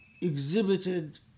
exhibited